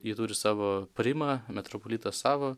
ji turi savo primą metropolitą savo